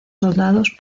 soldados